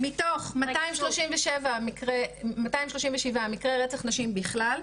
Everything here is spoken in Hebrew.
מתוך 237 מקרי רצח נשים בכלל,